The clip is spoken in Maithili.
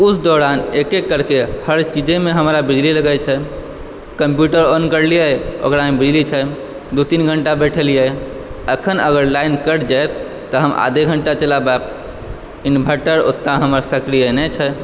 उस दौरान एक एक करके हर चीजेमे हमरा बिजली लगै छै कम्प्युटर ऑन करलियै ओकरामे बिजली छै दू तीन घण्टा बइठलियै अखन अगर लाइन कटि जाएत तऽ हम आधे घण्टा चलबाएब इन्वर्टर ओते हमर सक्रीय नहि छै